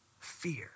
Fear